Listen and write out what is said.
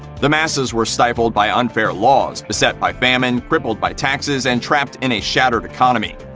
the masses were stifled by unfair laws, beset by famine, crippled by taxes, and trapped in a shattered economy.